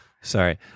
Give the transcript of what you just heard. Sorry